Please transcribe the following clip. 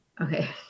Okay